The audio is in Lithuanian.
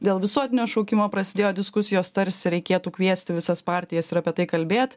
dėl visuotinio šaukimo prasidėjo diskusijos tarsi reikėtų kviesti visas partijas ir apie tai kalbėt